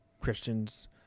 Christians